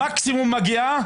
מקסימום מגיעה,